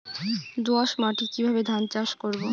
দোয়াস মাটি কিভাবে ধান চাষ করব?